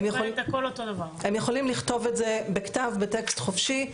הם יכולים לכתוב את זה בכתב בטקסט חופשי,